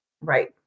Right